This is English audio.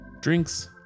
drinks